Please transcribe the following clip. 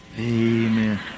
Amen